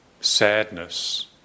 sadness